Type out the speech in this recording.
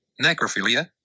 necrophilia